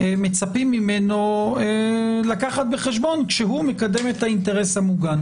ממנו לקחת בחשבון כשהוא מקדם את האינטרס המוגן.